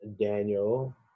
Daniel